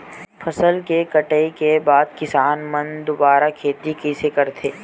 फसल के कटाई के बाद किसान मन दुबारा खेती कइसे करथे?